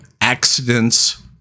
accidents